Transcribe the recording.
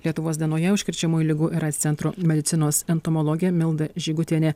lietuvos dienoje užkrečiamųjų ligų ir aids centro medicinos entomologė milda žygutienė